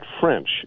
French